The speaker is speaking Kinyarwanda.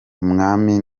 umwami